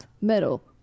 metal